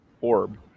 orb